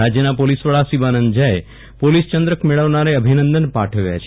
રાજ્યના પોલીસ વડા શિવાનંદ ઝાએ પોલીસ ચંદ્રક મેળવનારને અભિનંદન પાઠવ્યા છે